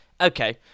Okay